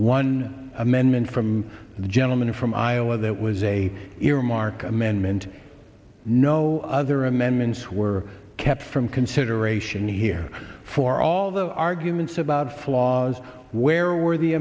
one amendment from the gentleman from iowa that was a earmark amendment no other amendments were kept from consideration here for all the arguments about flaws where were the